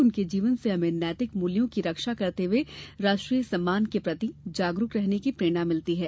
उनके जीवन से हमें नैतिक मूल्यों की रक्षा करते हुए राष्ट्रीय सम्मान के प्रति जागरूक रहने की प्रेरणा मिलती है